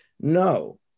no